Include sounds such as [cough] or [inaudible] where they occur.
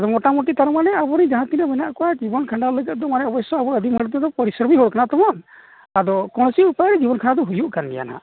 ᱟᱫᱚ ᱢᱳᱴᱟᱢᱩᱴᱤ ᱛᱟᱨᱢᱟᱱᱮ ᱟᱵᱚ ᱫᱚ ᱡᱟᱦᱟᱸ ᱛᱤᱱᱟᱹᱜ ᱢᱮᱱᱟᱜ ᱠᱚᱣᱟ ᱡᱤᱵᱚᱱ ᱠᱷᱟᱱᱰᱟᱣ ᱞᱟᱹᱜᱤᱫ ᱫᱚ ᱚᱵᱚᱥᱥᱳᱭ ᱢᱟᱱᱮ ᱟᱵᱚ ᱟᱹᱫᱤᱢ ᱦᱚᱲ ᱛᱮᱫᱚ ᱯᱚᱨᱚᱥᱚᱨᱚᱢᱤ ᱦᱚᱲ ᱛᱚ ᱠᱟᱱᱟ ᱵᱚᱱ ᱟᱫᱚ [unintelligible] ᱡᱤᱵᱚᱱ ᱠᱷᱟᱱᱰᱟᱣ ᱫᱚ ᱦᱩᱭᱩᱜ ᱠᱟᱱ ᱜᱮᱭᱟ ᱦᱟᱸᱜ